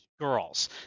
girls